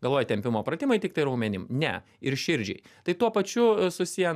galvoja tempimo pratimai tiktai raumenim ne ir širdžiai tai tuo pačiu susiję